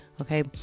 Okay